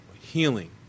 healing